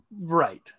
Right